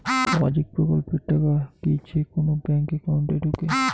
সামাজিক প্রকল্পের টাকা কি যে কুনো ব্যাংক একাউন্টে ঢুকে?